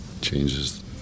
changes